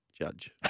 judge